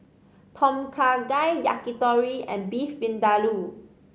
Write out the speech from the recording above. Tom Kha Gai Yakitori and Beef Vindaloo